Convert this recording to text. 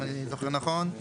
אם אני זוכר נכון,